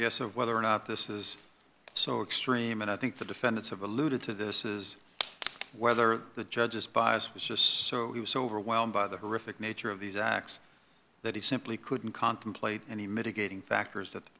guess of whether or not this is so extreme and i think the defendants have alluded to this is whether the judge's bias was just so he was so overwhelmed by the horrific nature of these attacks that he simply couldn't contemplate any mitigating factors that